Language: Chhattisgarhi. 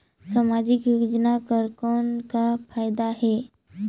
समाजिक योजना कर कौन का फायदा है?